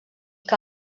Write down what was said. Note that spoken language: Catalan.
que